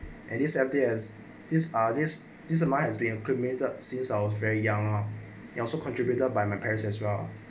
and this empty as this ah this this amount as being cremated since I was very young lah ya also contributed by my parents as well